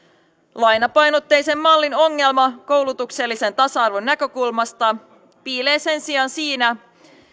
lainapainotteisen mallin ongelma koulutuksellisen tasa arvon näkökulmasta piilee sen sijaan siinä